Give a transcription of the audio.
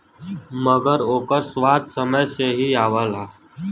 मगर ओकर स्वाद समय से ही आवला